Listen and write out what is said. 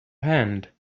hand